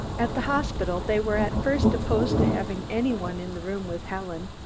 at the hospital they were at first opposed to having any one in the room with helen,